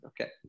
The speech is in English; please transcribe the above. okay